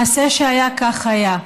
מעשה שהיה כך היה.